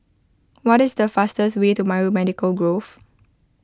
what is the fastest way to Biomedical Grove